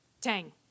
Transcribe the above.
Tang